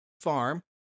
farm